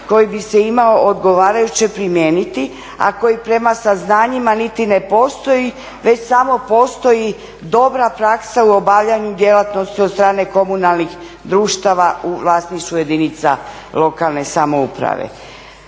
koji bi se imao odgovarajuće primijeniti, a koji prema saznanjima niti ne postoji već samo postoji dobra praksa u obavljaju djelatnosti od strane komunalnih društava u vlasništvu jedinica lokalne samouprave.